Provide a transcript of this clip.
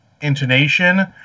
intonation